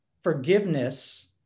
forgiveness